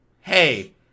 hey